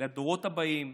לדורות הבאים,